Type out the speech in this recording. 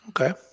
Okay